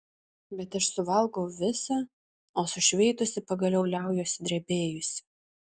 bet aš suvalgau visą o sušveitusi pagaliau liaujuosi drebėjusi